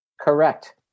Correct